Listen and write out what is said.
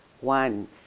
one